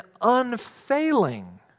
unfailing